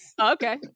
Okay